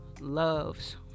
loves